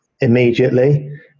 immediately